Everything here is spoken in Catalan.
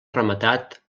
rematat